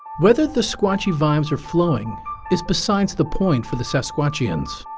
whether the squatchy vibes are flowing is besides the point for the sasquatchians.